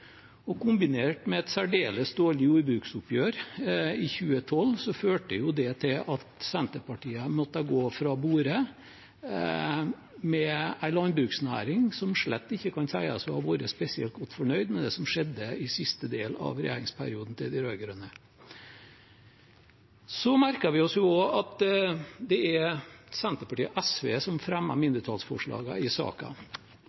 Kombinert med et særdeles dårlig jordbruksoppgjør i 2012 førte det til at Senterpartiet måtte gå fra bordet, med en landbruksnæring som slett ikke kan sies å ha vært spesielt godt fornøyd med det som skjedde i den siste delen av regjeringsperioden til de rød-grønne. Vi merker oss også at det er Senterpartiet og SV som